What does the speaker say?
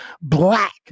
black